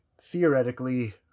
theoretically